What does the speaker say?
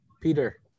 Peter